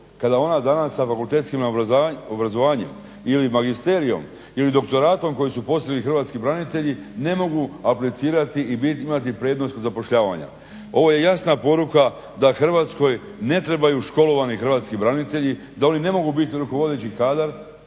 kada ona danas sa fakultetskim obrazovanjem ili magisterijom ili doktoratom koji su postigli hrvatski branitelji ne mogu aplicirati i imati prednost kod zapošljavanja. Ovo je jasna poruka da hrvatskoj ne trebaju školovani hrvatski branitelji, da oni ne mogu biti rukovodeći kadar